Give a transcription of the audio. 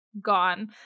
gone